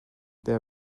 there